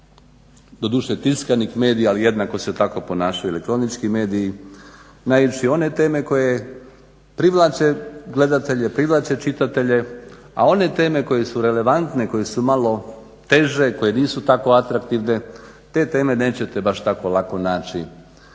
doduše tiskanih medija, ali jednako se tako ponašaju elektronički mediji, naići na one teme koje privlače gledatelje, koje privlače čitatelje a one teme koje su relevantne, koje su malo teže, koje nisu tako atraktivne, te teme nećete baš tako naći